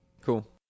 Cool